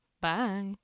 Bye